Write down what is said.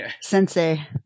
sensei